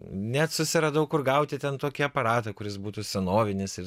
net susiradau kur gauti ten tokį aparatą kuris būtų senovinis ir